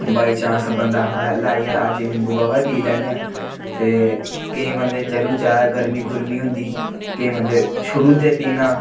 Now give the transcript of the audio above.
by chance बंदा आखदा लै यार अज्ज नींबू काह्वा पी लैन्ने आं ते केईं बंदे चलो ज्यादा गर्मी गुर्मी होंदी केईं बंदे छुड़ु ओड़दे पीना